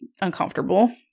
uncomfortable